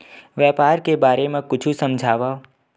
व्यापार के बारे म कुछु समझाव?